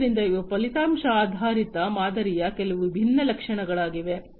ಆದ್ದರಿಂದ ಇವು ಫಲಿತಾಂಶ ಆಧಾರಿತ ಮಾದರಿಯ ಕೆಲವು ವಿಭಿನ್ನ ಲಕ್ಷಣಗಳಾಗಿವೆ